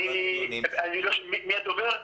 אני רק רוצה לוודא,